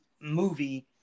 movie